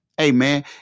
Amen